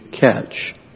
catch